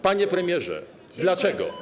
Panie premierze, dlaczego?